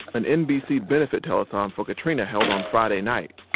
an nbc benefit telethon for katrina held on friday night.